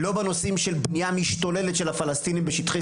לא בנושאים של בנייה משתוללת של הפלסטינים בשטחי